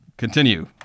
continue